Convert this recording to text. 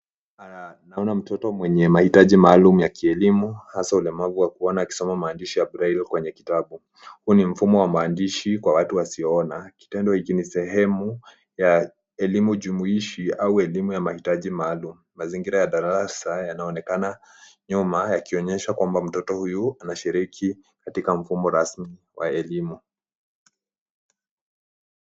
Naona mtoto mwenye mahitaji maalum ya kielimu hasaa ulemavu wa kuona akisoma maandishi ya braili kwenye kitabu. Huu ni mfumo wa maandishi kwa watu wasioona Kitendo hiki ni sehemu ya elimu jumuishi au elimu ya mahitaji maalum. Mazingira ya darasa yanaonekana nyuma yakionyesha kwamba mtoto huyu anashirirki katika mfumo rasmi wa elimu.